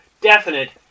definite